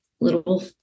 little